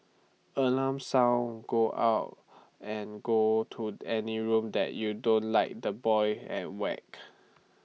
alarm sound go out and go to any room that you don't like the boy and whacked